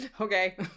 okay